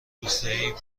روستایی